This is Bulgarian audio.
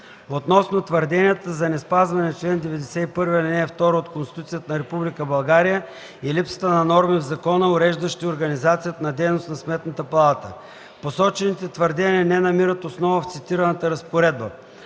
Относно твърденията за неспазване на чл. 91, ал. 2 от Конституцията на Република България и липсата на норми в закона, уреждащи организацията на дейност на Сметната палата. Посочените твърдения не намират основа в цитираната разпоредба.